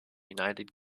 united